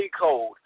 code